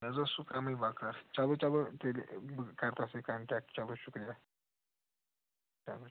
مےٚ حظ اوس سُہ کَمٕے بَکار چلو چلو تیٚلہِ بہٕ کر تُہۍ سۭتۍ کَنٹیکٹ چلو شُکریہ چلو